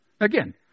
Again